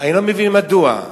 אני לא מבין מדוע.